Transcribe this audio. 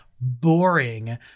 boring